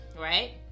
right